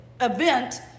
event